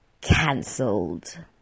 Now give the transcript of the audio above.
cancelled